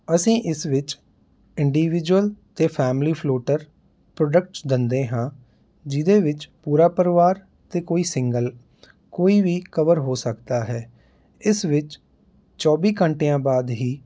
ਅਸੀਂ ਇਸ ਵਿੱਚ ਇੰਡੀਵਿਜੁਅਲ ਅਤੇ ਫੈਮਲੀ ਫਲੋਟਰ ਪ੍ਰੋਡਕਟਸ ਦਿੰਦੇ ਹਾਂ ਜਿਹਦੇ ਵਿੱਚ ਪੂਰਾ ਪਰਿਵਾਰ ਅਤੇ ਕੋਈ ਸਿੰਗਲ ਕੋਈ ਵੀ ਕਵਰ ਹੋ ਸਕਦਾ ਹੈ ਇਸ ਵਿੱਚ ਚੌਵੀ ਘੰਟਿਆਂ ਬਾਅਦ ਹੀ